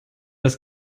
was